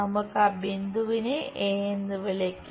നമുക്ക് ആ ബിന്ദുവിനെ എന്ന് വിളിക്കാം